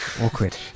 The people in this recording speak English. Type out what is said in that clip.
Awkward